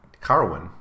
Carwin